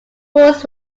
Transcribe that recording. rules